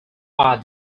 are